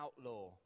outlaw